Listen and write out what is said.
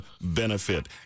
benefit